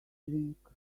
drink